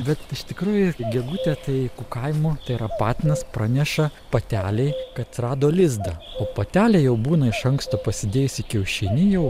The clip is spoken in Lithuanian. bet iš tikrųjų gegutė tai kukavimu tai yra patinas praneša patelei kad rado lizdą o patelė jau būna iš anksto pasidėjusi kiaušinį jau